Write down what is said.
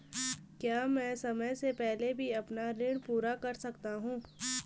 क्या मैं समय से पहले भी अपना ऋण पूरा कर सकता हूँ?